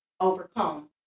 overcome